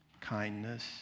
kindness